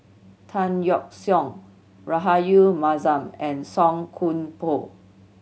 Tan Yeok Seong Rahayu Mahzam and Song Koon Poh